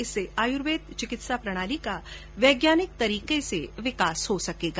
इससे आयुर्वेद चिकित्सा प्रणाली का वैज्ञानिक तरीके से विकास हो सकेगा